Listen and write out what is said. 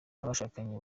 abashakanye